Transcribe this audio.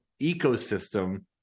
ecosystem